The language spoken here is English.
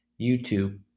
YouTube